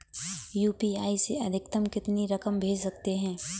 UPI से अधिकतम कितनी रकम भेज सकते हैं?